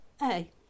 hey